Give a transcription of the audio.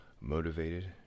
motivated